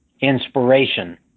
inspiration